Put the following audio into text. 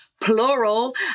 plural